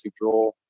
draw